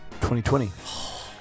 2020